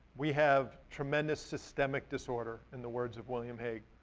we have tremendous systemic disorder in the words of william hague.